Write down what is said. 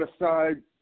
aside